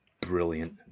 brilliant